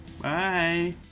Bye